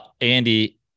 Andy